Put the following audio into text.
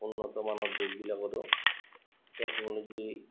উন্নতমানৰ দেশবিলাকতো টেকন'ল'জি